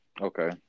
Okay